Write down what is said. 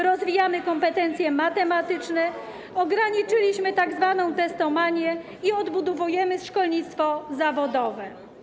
Rozwijamy kompetencje matematyczne, ograniczyliśmy tzw. testomanię i odbudowujemy szkolnictwo zawodowe.